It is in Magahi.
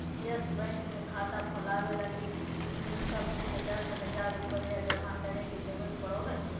यस बैंक मे खाता खोलवावे लगी नुय्तम मूल्य दस हज़ार रुपया जमा करे के जरूरत पड़ो हय